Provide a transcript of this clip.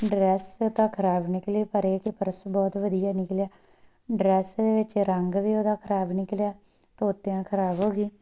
dress ਤਾਂ ਖ਼ਰਾਬ ਨਿਕਲੀ ਪਰ ਇਹ ਕਿ ਪਰਸ ਬਹੁਤ ਵਧੀਆ ਨਿਕਲਿਆ ਡਰੈੱਸ ਵਿੱਚ ਰੰਗ ਵੀ ਉਹਦਾ ਖ਼ਰਾਬ ਨਿਕਲਿਆ ਧੋਤਿਆਂ ਖ਼ਰਾਬ ਹੋ ਗਈ